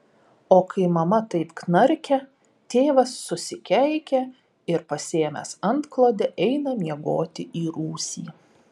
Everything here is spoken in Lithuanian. o kai mama taip knarkia tėvas susikeikia ir pasiėmęs antklodę eina miegoti į rūsį